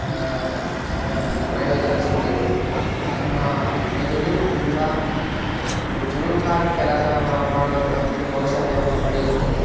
ಒಂದು ಪ್ರಯೋಜನ ಸಿಗ್ತದೆ ನಮ್ಮ ಮೆದುಳು ತುಂಬ ಒಂದು ಚುರುಕಾಗಿ ಕೆಲಸ ಮಾಡುವಂಥ ಒಂದು ಕೌಶಲ್ಯವನ್ನು ಪಡೆಯುತ್ತದೆ